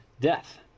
death